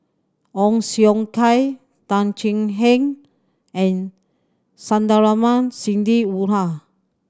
Ong Siong Kai Tan Thuan Heng and Sandrasegaran Sidney Woodhull